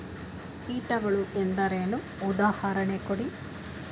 ಕೀಟಗಳು ಎಂದರೇನು? ಉದಾಹರಣೆ ಕೊಡಿ?